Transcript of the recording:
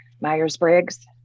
Myers-Briggs